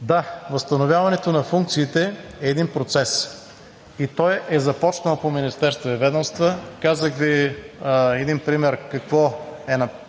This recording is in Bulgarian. Да, възстановяването на функциите е един процес и той е започнал по министерства и ведомства. Казах Ви един пример какво